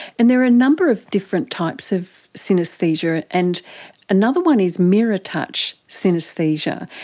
and there are a number of different types of synaesthesia, and another one is mirror touch synaesthesia,